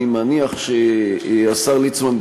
אני מניח שהשר ליצמן,